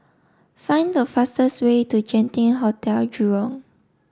find the fastest way to Genting Hotel Jurong